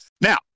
Now